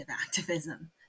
activism